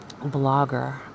blogger